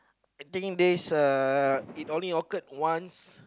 I think this uh it only occurred once